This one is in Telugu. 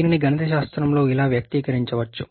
దీనిని గణితశాస్త్రంలో ఇలా వ్యక్తీకరించవచ్చు